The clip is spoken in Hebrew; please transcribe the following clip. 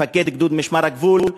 מפקד גדוד משמר הגבול,